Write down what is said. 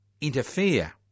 interfere